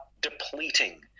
depleting